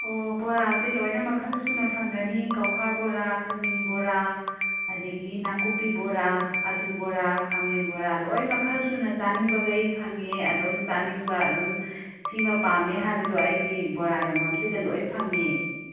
ꯑꯣ ꯕꯣꯔꯥꯁꯦ ꯂꯣꯏꯅ ꯃꯈꯜ ꯁꯨꯅ ꯐꯪꯒꯅꯤ ꯀꯧꯈꯥ ꯕꯣꯔꯥ ꯈꯖꯤꯡ ꯕꯣꯔꯥ ꯑꯗꯒꯤ ꯅꯥꯀꯨꯞꯄꯤ ꯕꯣꯔꯥ ꯑꯂꯨ ꯕꯣꯔꯥ ꯈꯥꯃꯦꯟ ꯕꯣꯔꯥ ꯂꯣꯏ ꯃꯈꯜ ꯁꯨꯅ ꯆꯥꯅꯤꯡꯕꯈꯩ ꯐꯪꯉꯦ ꯑꯗꯨꯝ ꯆꯥꯅꯤꯡꯕ ꯑꯗꯨꯝ ꯁꯤꯃ ꯄꯥꯝꯃꯦ ꯍꯥꯏꯕꯗꯣ ꯑꯩꯒꯤ ꯕꯣꯔꯥ ꯌꯣꯟꯐꯝꯁꯤꯗ ꯂꯣꯏ ꯐꯪꯉꯦ